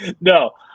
No